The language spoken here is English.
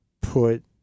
put